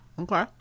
Okay